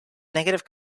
negative